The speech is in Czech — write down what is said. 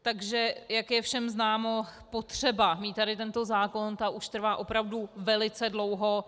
Takže jak je všem známo, potřeba mít tady tento zákon trvá už opravdu velice dlouho.